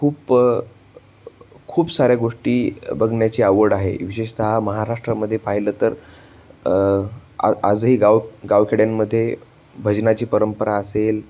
खूप खूप साऱ्या गोष्टी बघण्याची आवड आहे विशेषतः महाराष्ट्रामध्ये पाहिलं तर आजही गाव गावखेड्यांमध्ये भजनाची परंपरा असेल